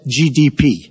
GDP